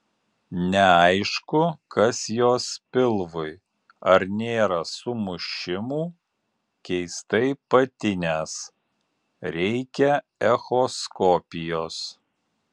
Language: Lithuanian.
neaišku kas jos pilvui ar nėra sumušimų keistai patinęs reikia echoskopijos